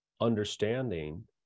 understanding